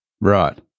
right